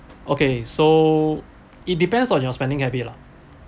okay so it depends on your spending habit lah